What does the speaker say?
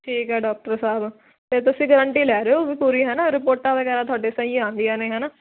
ਠੀਕ ਐ ਡਾਕਟਰ ਸਾਹਿਬ ਤੇ ਤੁਸੀਂ ਗਰੰਟੀ ਲੈ ਰਹੇ ਓ ਵੀ ਪੂਰੀ ਹੈਨਾ ਰਿਪੋਟਾਂ ਵਗੈਰਾ ਤੁਹਾਡੇ ਸਹੀ ਆਉਂਦੀਆਂ ਨੇ ਹੈਨਾ